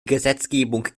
gesetzgebung